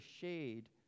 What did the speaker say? shade